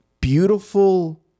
beautiful